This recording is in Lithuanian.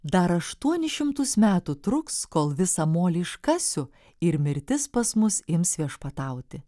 dar aštuonis šimtus metų truks kol visą molį iškasiu ir mirtis pas mus ims viešpatauti